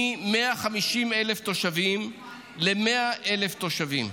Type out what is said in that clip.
מ-150,000 תושבים ל-100,000 תושבים,